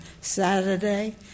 Saturday